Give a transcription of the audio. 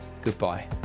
goodbye